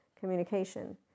communication